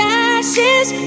ashes